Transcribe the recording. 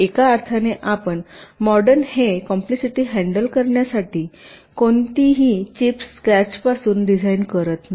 एका अर्थाने आपण मॉडर्न डे कॉम्प्लिसिटी हॅण्डल करण्यासाठी कोणीही चिप्स स्क्रॅचपासून डिझाइन करत नाही